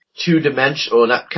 two-dimensional